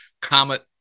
comet